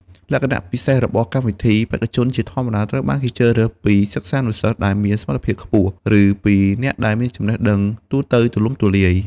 លក្ខណៈពិសេសរបស់កម្មវិធី បេក្ខជនជាធម្មតាត្រូវបានជ្រើសរើសពីសិស្សានុសិស្សដែលមានសមត្ថភាពខ្ពស់ ឬពីអ្នកដែលមានចំណេះដឹងទូទៅទូលំទូលាយ។